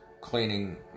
cleaning